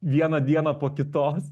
vieną dieną po kitos